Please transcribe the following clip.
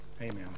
Amen